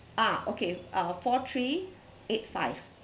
ah okay uh four three eight five